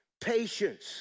patience